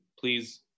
please